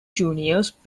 juniors